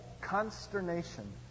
consternation